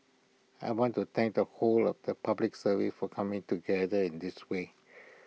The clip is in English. I want to thank the whole of the Public Service for coming together in this way